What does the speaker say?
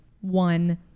one